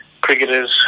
cricketers